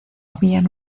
habían